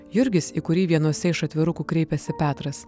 jurgis į kurį vienose iš atvirukų kreipėsi petras